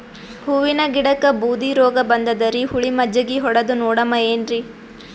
ಹೂವಿನ ಗಿಡಕ್ಕ ಬೂದಿ ರೋಗಬಂದದರಿ, ಹುಳಿ ಮಜ್ಜಗಿ ಹೊಡದು ನೋಡಮ ಏನ್ರೀ?